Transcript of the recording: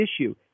issue